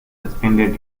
suspended